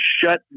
shut